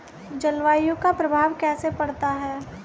जलवायु का प्रभाव कैसे पड़ता है?